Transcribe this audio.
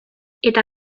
eta